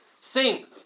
sing